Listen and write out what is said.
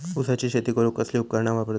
ऊसाची शेती करूक कसली उपकरणा वापरतत?